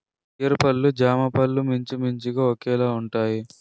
pear పళ్ళు జామపళ్ళు మించుమించుగా ఒకేలాగుంటాయి